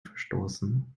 verstoßen